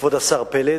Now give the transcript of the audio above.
כבוד השר פלד,